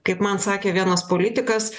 kaip man sakė vienas politikas